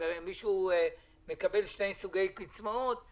אם מישהו מקבל שני סוגי קצבאות.